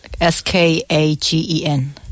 S-K-A-G-E-N